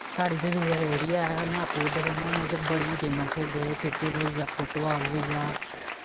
साढ़े इद्धर rural area ऐ में आपूं इद्धर रौह्न्ना होन्ना इद्धर बड़ियां गेमां खेलदे क्रिकेट होई गेआ फुट बाल होई गेआ